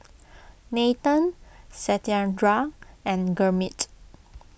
Nathan Satyendra and Gurmeet